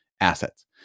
assets